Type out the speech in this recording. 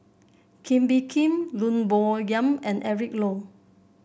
Kee Bee Khim Lim Bo Yam and Eric Low